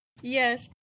yes